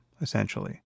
essentially